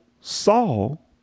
Saul